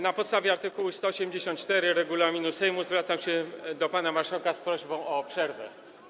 Na podstawie art. 184 regulaminu Sejmu zwracam się do pana marszałka z prośbą o przerwę.